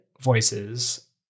voices